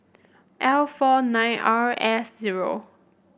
L four nine R S zero